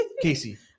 casey